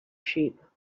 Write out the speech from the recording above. sheep